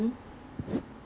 其中的一个 level in